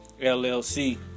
LLC